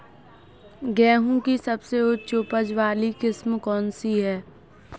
गेहूँ की सबसे उच्च उपज बाली किस्म कौनसी है?